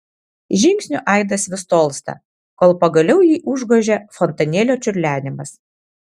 žingsnių aidas vis tolsta kol pagaliau jį užgožia fontanėlio čiurlenimas